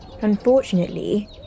Unfortunately